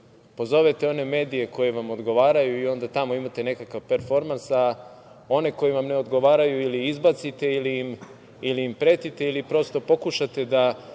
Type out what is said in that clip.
Pozovete one medije koji vam odgovaraju i onda tamo imate nekakav performans, a one koji vam ne odgovaraju ili izbacite ili im pretite ili prosto pokušate da